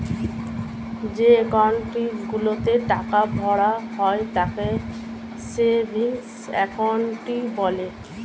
যে অ্যাকাউন্ট গুলোতে টাকা ভরা হয় তাকে সেভিংস অ্যাকাউন্ট বলে